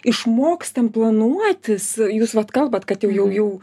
išmokstam planuotis jūs vat kalbat kad jau jau